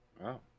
Wow